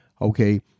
Okay